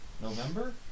November